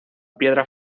piedra